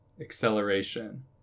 Acceleration